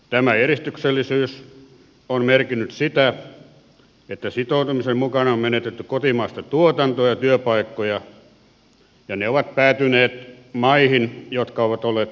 tämä edistyksellisyys on merkinnyt sitä että sitoutumisen mukana on menetetty kotimaista tuotantoa ja työpaikkoja ja ne ovat päätyneet maihin jotka ovat olleet itsekkäämpiä